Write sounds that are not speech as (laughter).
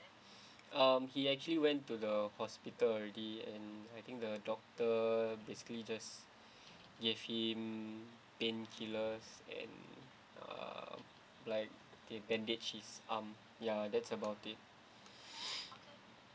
(breath) um he actually went to the hospital already and I think the doctor basically just (breath) give him pain killers and uh like they bandage his arm ya that's about it (breath)